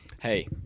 Hey